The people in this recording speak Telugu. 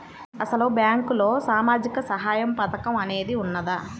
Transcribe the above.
అసలు బ్యాంక్లో సామాజిక సహాయం పథకం అనేది వున్నదా?